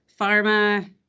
pharma